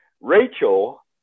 Rachel